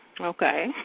Okay